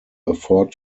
afford